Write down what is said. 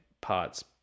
parts